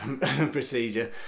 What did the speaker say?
procedure